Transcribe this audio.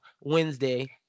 Wednesday